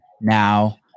now